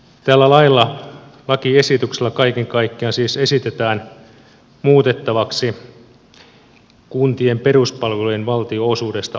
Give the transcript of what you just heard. tässä lakiesityksessä siis kaiken kaikkiaan esitetään muutettavaksi kuntien peruspalvelujen valtionosuudesta annettua lakia